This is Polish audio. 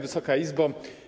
Wysoka Izbo!